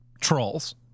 trolls